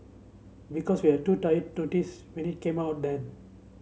because we were too tired to when it came out then